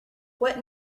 what